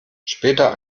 später